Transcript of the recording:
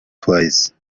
twice